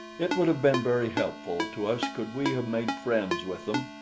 it would have been very helpful to us could we have made friends with them,